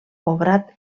obrat